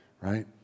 right